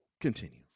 Continue